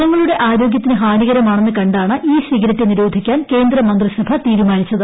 ജനങ്ങളുടെ ആരോഗ്യത്തിന് ഹാനികരമാണെന്ന് കണ്ടാണ് ഇ സിഗരറ്റ് നിരോധിക്കാൻ കേന്ദ്രമന്ത്രിസഭ തീരുമാനിച്ചത്